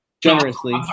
Generously